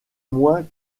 moins